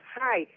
hi